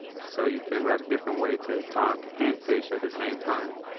so you figure out a different way to talk and fish at the same time.